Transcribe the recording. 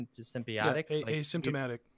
asymptomatic